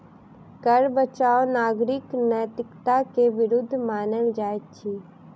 कर बचाव नागरिक नैतिकता के विरुद्ध मानल जाइत अछि